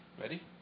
ready